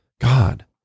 God